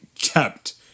kept